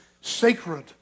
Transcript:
sacred